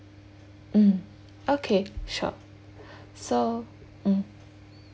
mm okay sure so mm